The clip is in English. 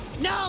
No